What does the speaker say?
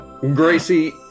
Gracie